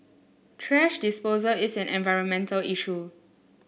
thrash disposal is an environmental issue